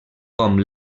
com